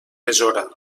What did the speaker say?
besora